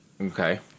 Okay